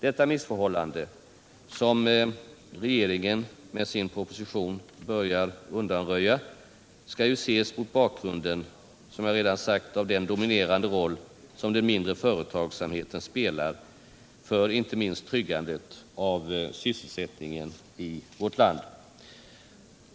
Detta missförhållande, som regeringen med sin proposition börjat undanröja, skall ses mot bakgrunden av den dominerande roll som den mindre företagsamheten spelar för inte minst tryggandet av sysselsättningen i vårt land.